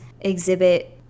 exhibit